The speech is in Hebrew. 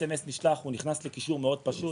הסמס נשלח, הוא נכנס לקישור מאוד פשוט,